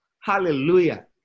Hallelujah